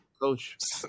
Coach